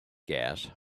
gas